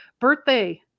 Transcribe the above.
birthday